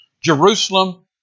Jerusalem